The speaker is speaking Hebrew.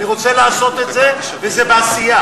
אני רוצה לעשות את זה, וזה בעשייה.